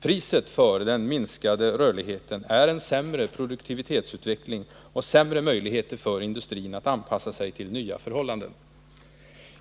Priset för den minskade rörligheten är en sämre produktivitetsutveckling och sämre möjligheter för industrin att anpassa sig till nya förhållanden.